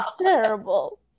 terrible